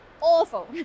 awful